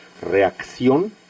Reacción